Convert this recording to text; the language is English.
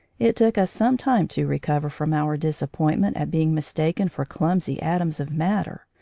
it took us some time to recover from our disappointment at being mistaken for clumsy atoms of matter.